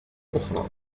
أخرى